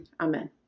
Amen